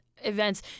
events